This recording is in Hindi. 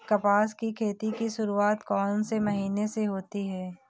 कपास की खेती की शुरुआत कौन से महीने से होती है?